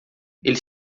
ele